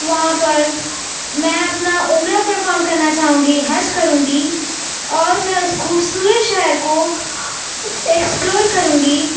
وہاں پر میں اپنا عمرہ پرفارم کرنا چاہوں گی حج کروں گی اور میں اس خوبصورت شہر کو ایکسپلور کروں گی